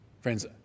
Friends